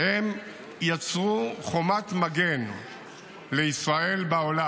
יצרו חומת מגן לישראל בעולם.